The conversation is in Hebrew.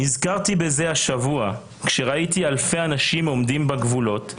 נזכרתי בזה השבוע כשראיתי אלפי אנשים עומדים בגבולות,